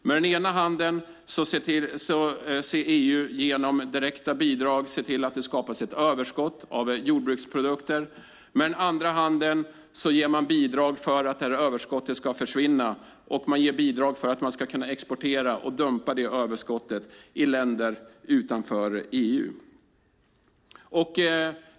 Med ena handen ser EU genom direkta bidrag till att det skapas ett överskott av jordbruksprodukter, och med andra handen ger man bidrag för att överskottet ska försvinna. Man ger bidrag för att överskottet ska kunna exporteras och dumpas i länder utanför EU.